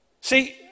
See